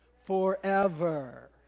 Forever